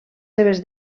seves